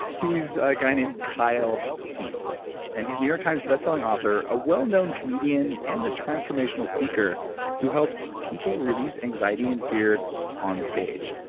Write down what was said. he's a guy named kyle cease and he's a new york times best selling author, a well-known comedian, and a transformational speaker who helps people release anxiety and fear on stage,